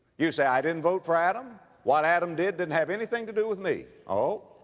you say, i didn't vote for adam. what adam did didn't have anything to do with me. oh?